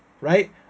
right